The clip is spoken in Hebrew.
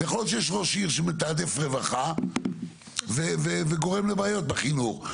יכול להיות שיש ראש עיר שמתעדף רווחה וגורם לבעיות בחינוך,